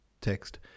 text